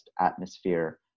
atmosphere